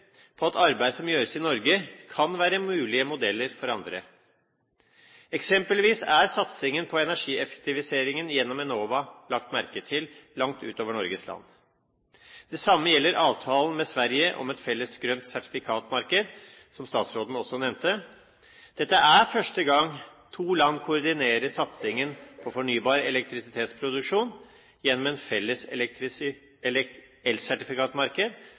på at arbeid som gjøres i Norge, kan være mulige modeller for andre. Eksempelvis er satsingen på energieffektiviseringen gjennom Enova lagt merke til langt utover Norges land. Det samme gjelder avtalen med Sverige om et felles grønt sertifikatmarked, som statsråden også nevnte. Dette er første gang to land koordinerer satsingen på fornybar elektrisitetsproduksjon gjennom et felles elsertifikatmarked,